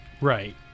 right